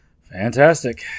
Fantastic